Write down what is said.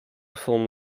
form